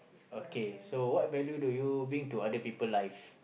okay so what value do you bring to other people lives